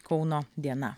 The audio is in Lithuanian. kauno diena